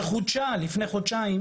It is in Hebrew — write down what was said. שחודשה לפני חודשיים,